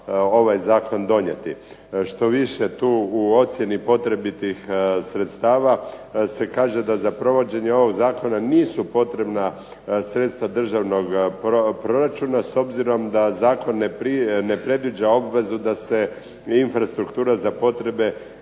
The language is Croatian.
ovaj zakon donijeti. Što više u ocjeni potrebitih sredstava se kaže da za provođenje ovog zakona nisu potrebna sredstva državnog proračuna, s obzirom da zakon ne predviđa obvezu da se infrastruktura za potrebe